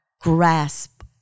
grasp